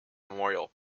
memorial